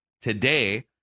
today